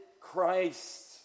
Christ